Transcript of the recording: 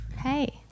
Hey